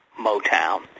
Motown